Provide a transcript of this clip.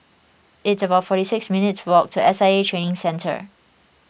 it's about forty six minutes' walk to S I A Training Centre